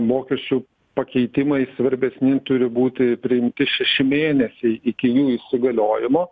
mokesčių pakeitimai svarbesni turi būti priimti šeši mėnesiai iki jų įsigaliojimo